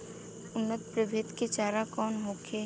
उन्नत प्रभेद के चारा कौन होखे?